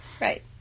Right